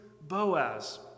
Boaz